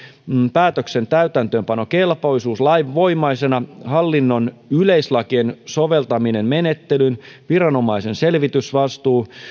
päätöksen täytäntöönpanokelpoisuus lainvoimaisena hallinnon yleislakien soveltaminen menettelyyn viranomaisen selvitysvastuu